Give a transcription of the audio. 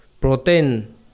Protein